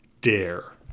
dare